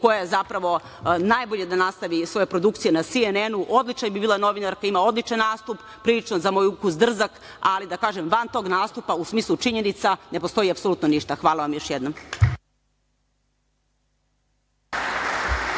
koja je zapravo najbolje da nastavi svoje produkcije na CNN, odlična bi bila novinarka, ima odličan nastup, prilično za moj ukus drzak, ali van tog nastupa, u smislu činjenica, ne postoji apsolutno ništa. Hvala još jednom.